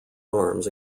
arms